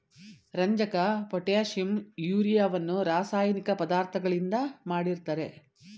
ರಂಜಕ, ಪೊಟ್ಯಾಷಿಂ, ಯೂರಿಯವನ್ನು ರಾಸಾಯನಿಕ ಪದಾರ್ಥಗಳಿಂದ ಮಾಡಿರ್ತರೆ